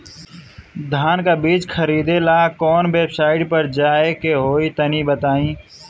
धान का बीज खरीदे ला काउन वेबसाइट पर जाए के होई तनि बताई?